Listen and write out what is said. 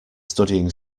studying